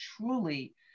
truly